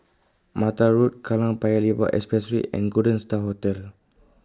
Mattar Road Kallang Paya Lebar Expressway and Golden STAR Hotel